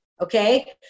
Okay